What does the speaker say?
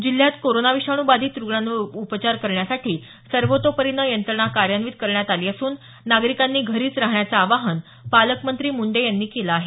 जिल्ह्यात कोरोना विषाणूबाधित रूग्णांवर उपचार करण्यासाठी सर्वतोपरीने यंत्रणा कार्यान्वित करण्यात आली असून नागरीकांनी घरीच राहण्याचं आवाहन पालकमंत्री मुंडे यांनी केलं आहे